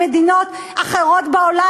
ממדינות אחרות בעולם.